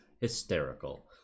hysterical